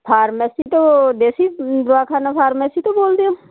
pharmacy ਤੋਂ ਦੇਸੀ ਦਵਾਖਾਨਾ ਫਾਰਮੇਸੀ ਤੋਂ ਬੋਲਦੇ ਹੋ